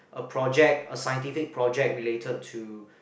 a project a scientific project related